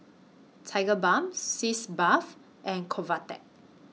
Tigerbalm Sitz Bath and Convatec